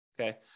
Okay